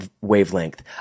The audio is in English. wavelength